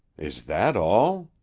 is that all?